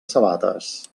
sabates